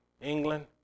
England